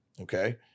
okay